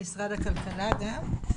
משרד הכלכלה גם?